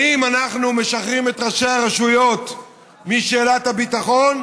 האם אנחנו משחררים את ראשי הרשויות משאלת הביטחון?